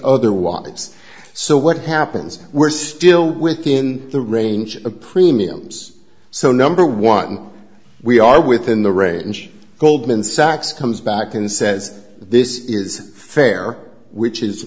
otherwise so what happens we're still within the range of premiums so number one we are within the range of goldman sachs comes back and says this is fair which is